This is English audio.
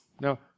Now